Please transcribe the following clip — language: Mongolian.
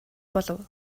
болов